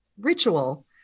ritual